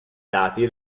dati